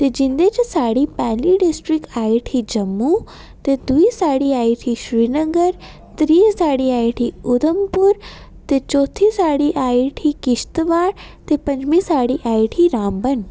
जिं'दे च साढ़ी पैह्ली डिस्ट्रिक्ट आई उठी जम्मू ते दुई साढ़ी आई उठी श्रीनगर त्रीऽ साढ़ी आई उठी उधमपुर ते चौथी साढ़ी आई उठी किश्तबाड़ ते पंजमीं साढ़ी आई उठी रामबन